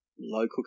local